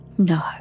No